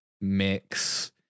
Mix